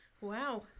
wow